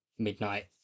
midnight